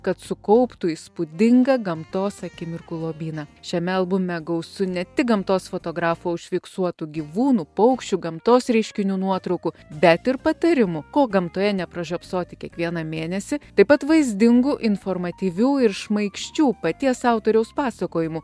kad sukauptų įspūdingą gamtos akimirkų lobyną šiame albume gausu ne tik gamtos fotografo užfiksuotų gyvūnų paukščių gamtos reiškinių nuotraukų bet ir patarimų ko gamtoje nepražiopsoti kiekvieną mėnesį taip pat vaizdingų informatyvių ir šmaikščių paties autoriaus pasakojimų